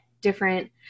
different